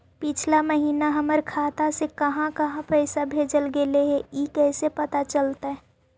पिछला महिना हमर खाता से काहां काहां पैसा भेजल गेले हे इ कैसे पता चलतै?